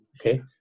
Okay